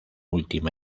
última